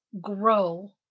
grow